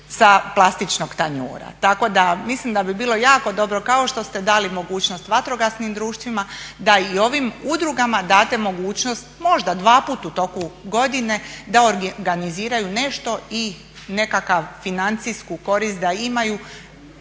sa plastičnog tanjura. Tako da mislim da bi bilo jako dobro kao što ste dali mogućnost vatrogasnim društvima da i ovim udrugama date mogućnost možda dva puta u toku godine da organiziraju nešto i nekakvu financijsku korist da imaju